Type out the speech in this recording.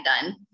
done